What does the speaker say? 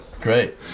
Great